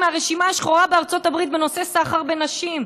מהרשימה השחורה בארצות הברית בנושא סחר בנשים,